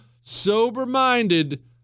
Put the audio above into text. sober-minded